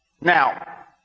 Now